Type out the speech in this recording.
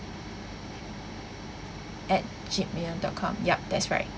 at Gmail dot com yup that's right